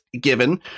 given